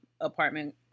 apartment